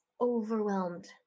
overwhelmed